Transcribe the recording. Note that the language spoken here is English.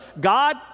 God